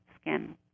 skin